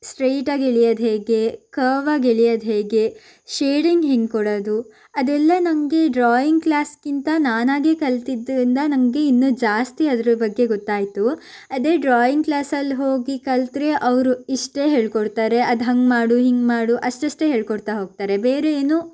ಸ್ಟ್ರೈಟಾಗಿ ಎಳಿಯೋದು ಹೇಗೆ ಕರ್ವಾಗಿ ಎಳಿಯೋದು ಹೇಗೆ ಶೇಡಿಂಗ್ ಹೇಗೆ ಕೊಡೋದು ಅದೆಲ್ಲ ನನಗೆ ಡ್ರಾಯಿಂಗ್ ಕ್ಲಾಸ್ಗಿಂತ ನಾನಾಗಿ ಕಲ್ತಿದ್ರಿಂದ ನನಗೆ ಇನ್ನೂ ಜಾಸ್ತಿ ಅದರ ಬಗ್ಗೆ ಗೊತ್ತಾಯಿತು ಅದೇ ಡ್ರಾಯಿಂಗ್ ಕ್ಲಾಸಲ್ಲಿ ಹೋಗಿ ಕಲ್ತ್ರೆ ಅವರು ಇಷ್ಟೇ ಹೇಳ್ಕೊಡ್ತಾರೆ ಅದು ಹಾಗೆ ಮಾಡು ಹೀಗೆ ಮಾಡು ಅಷ್ಟಷ್ಟೇ ಹೇಳ್ಕೊಡ್ತಾ ಹೋಗ್ತಾರೆ ಬೇರೆ ಏನು